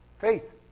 Faith